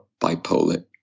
bipolar